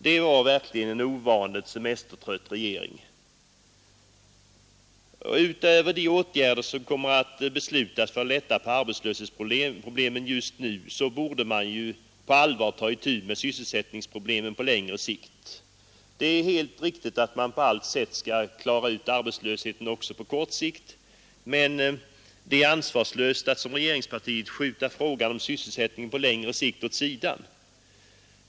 Det var verkligen en ovanligt semestertrött regering. Utöver de åtgärder som kommer att beslutas för att lätta på arbetslöshetsproblemet just nu borde man på allvar ta itu med sysselsättningsproblemen på längre sikt. Det är helt riktigt att man på allt sätt skall försöka minska arbetslösheten också på kort sikt, men det är ansvarslöst att som regeringspartiet gör skjuta frågan om sysselsättningen på längre sikt åt sidan.